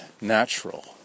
natural